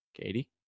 Katie